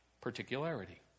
particularity